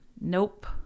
Nope